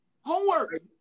Homework